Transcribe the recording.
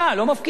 לא מפקיעים.